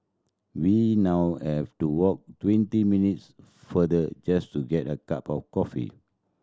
we now have to walk twenty minutes farther just to get a cup of coffee